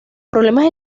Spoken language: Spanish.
problemas